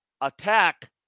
attack